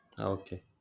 Okay